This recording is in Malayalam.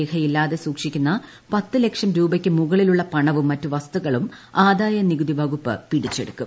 രേഖയില്ലാതെ സൂക്ഷിക്കുന്ന പത്ത് ലക്ഷം രൂപയ്ക്ക് മുകളിലുള്ള പണവും മറ്റു വസ്തുക്കളും ആദായനികുതി വകുപ്പ് പിടിച്ചെടുക്കും